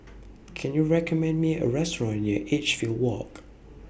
Can YOU recommend Me A Restaurant near Edgefield Walk